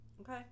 Okay